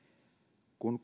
kun